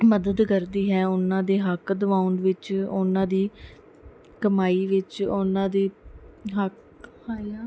ਮਦਦ ਕਰਦੀ ਹੈ ਉਹਨਾਂ ਦੇ ਹੱਕ ਦਵਾਉਣ ਵਿੱਚ ਉਹਨਾਂ ਦੀ ਕਮਾਈ ਵਿੱਚ ਉਹਨਾਂ ਦੀ ਹੱਕ ਆਇਆ